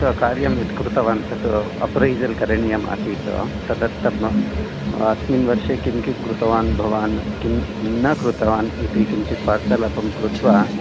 तत् कार्यं यत् कृतवान् तत् अप्रैसल् करणीयमासीत् तदर्थं अस्मिन् वर्षे किं किं कृतवान् भवान् किं न कृतवान् इति किञ्चित् वार्तालापं कृत्वा